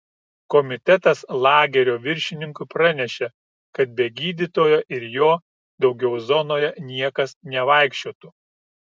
komitetas lagerio viršininkui pranešė kad be gydytojo ir jo daugiau zonoje niekas nevaikščiotų